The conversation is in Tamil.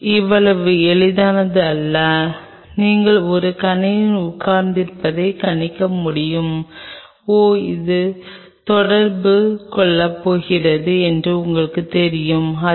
உதாரணமாக உங்களிடம் இந்த மூலக்கூறு இங்கே உள்ளது